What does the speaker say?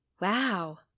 Wow